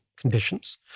conditions